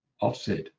offset